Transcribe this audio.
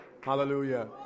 Hallelujah